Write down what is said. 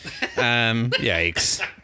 Yikes